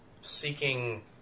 Seeking